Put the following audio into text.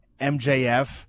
MJF